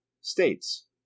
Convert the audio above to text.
states